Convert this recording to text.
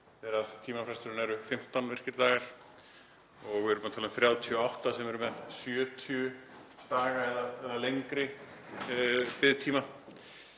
en tímafresturinn er 15 virkir dagar. Við erum að tala um 38 sem eru með 70 daga eða lengri biðtíma,